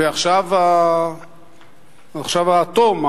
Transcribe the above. ועכשיו האטום,